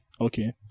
Okay